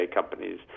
companies